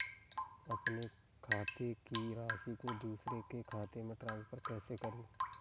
अपने खाते की राशि को दूसरे के खाते में ट्रांसफर कैसे करूँ?